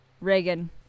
Reagan